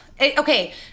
Okay